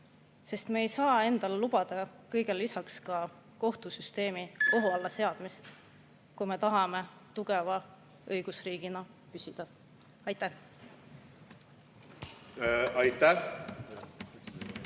sest me ei saa endale lubada kõigele lisaks ka kohtusüsteemi ohtu seadmist, kui me tahame tugeva õigusriigina püsida. Aitäh! Palun